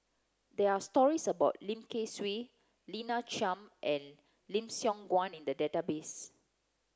there are stories about Lim Kay Siu Lina Chiam and Lim Siong Guan in the database